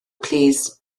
plîs